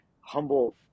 humble